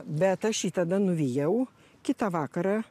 bet aš jį tada nuvijau kitą vakarą